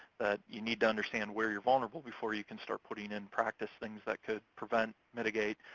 that you need to understand where you're vulnerable before you can start putting in practice things that could prevent, mitigate,